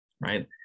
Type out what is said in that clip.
right